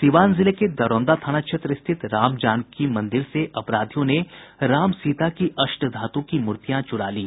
सीवान जिले के दरौंदा थाना क्षेत्र स्थित राम जानकी मंदिर से अपराधियों ने राम सीता की अष्टधातु की मूर्तियां चुरा ली